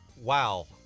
Wow